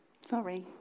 Sorry